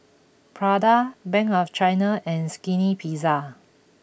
Prada Bank of China and Skinny Pizza